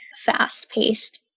fast-paced